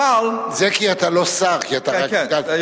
אבל, זה כי אתה לא שר, כי אתה רק סגן שר.